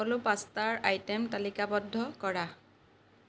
সকলো পাস্তাৰ আইটে'ম তালিকাবদ্ধ কৰা